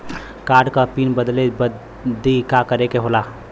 Card क PIN बदले बदी का करे के होला?